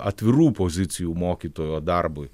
atvirų pozicijų mokytojo darbui